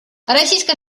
российская